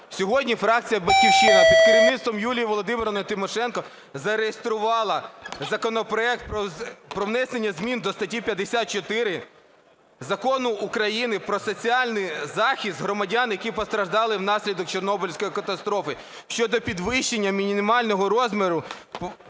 Сьогодні фракція "Батьківщина" під керівництвом Юлії Володимирівни Тимошенко зареєструвала законопроект про внесення змін до статті 54 Закону України "Про соціальний захист громадян, які постраждали внаслідок Чорнобильської катастрофи" щодо підвищення мінімального розміру